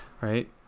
right